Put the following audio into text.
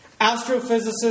Astrophysicist